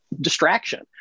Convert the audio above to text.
distraction